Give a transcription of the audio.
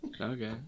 Okay